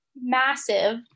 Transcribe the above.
massive